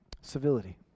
Civility